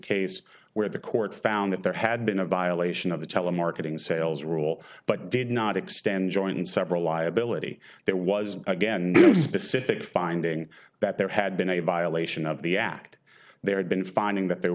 case where the court found that there had been a violation of the telemarketing sales rule but did not extend joint and several liability that was again specific finding that there had been a violation of the act there had been finding that there